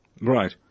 Right